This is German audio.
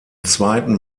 zweiten